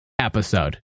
episode